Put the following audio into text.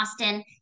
austin